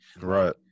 Right